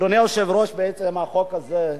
אדוני היושב-ראש, החוק הזה,